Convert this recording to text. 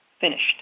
finished